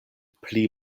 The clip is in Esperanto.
pli